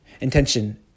intention